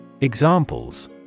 Examples